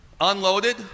Unloaded